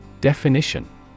Definition